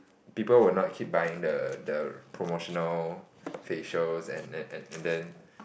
people will not keep buying the the promotional facials and and then